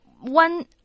one